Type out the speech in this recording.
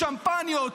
שמפניות,